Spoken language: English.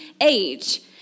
age